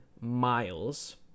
miles